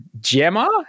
Gemma